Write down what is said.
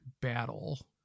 Battle